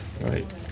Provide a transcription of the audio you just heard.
Right